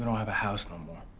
have a house no